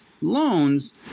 loans